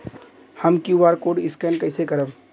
हम QR code scan कइसे करब?